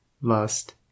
Lust